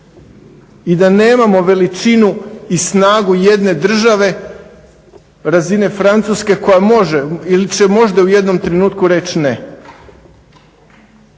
I da nemamo veličinu i snagu jedne države razine Francuske koja može ili će možda u jednom trenutku reći ne.